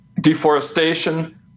deforestation